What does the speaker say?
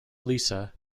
lisa